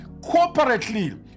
corporately